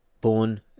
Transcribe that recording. born